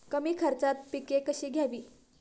कमी खर्चात पिके कशी घ्यावी?